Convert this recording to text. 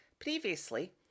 Previously